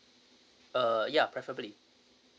uh ya preferably